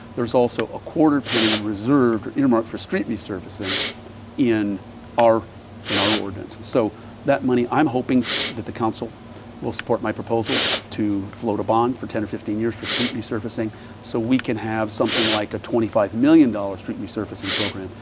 there is also a quarter penny reserved earmarked for street resurfacing in our in our ordinance. so that money i am hoping that the council will support my proposal to float a bond for ten or fifteen years for street resurfacing so we can have something like a twenty five million dollars street resurfacing program.